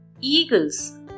Eagles